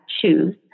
choose